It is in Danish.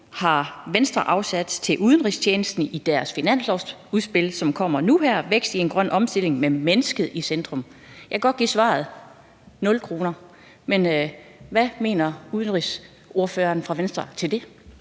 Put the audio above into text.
har Venstre afsat til udenrigstjenesten i sit finanslovsudspil, som kommer nu her, »Vækst i en grøn omstilling – med mennesket i centrum«? Jeg kan godt give svaret: nul kroner. Hvad mener udenrigsordføreren fra Venstre om det?